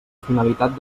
finalitat